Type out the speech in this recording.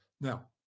now